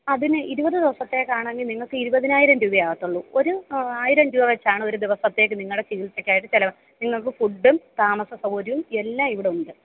അതിന് ഇരുപത് ദിവസത്തേക്ക് ആണെങ്കിൽ നിങ്ങൾക്ക് ഇരുപതിനായിരം രൂപയെ ആകത്തുള്ളൂ ഒരു ആയിരം രൂപ വച്ചാണ് ഒരു ദിവസത്തേക്ക് നിങ്ങളുടെ ചികിത്സയ്ക്കായിട്ട് ചിലവാകുക നിങ്ങൾക്ക് ഫുഡും താമസ സൗകര്യവും എല്ലാം ഇവിടെ ഉണ്ട്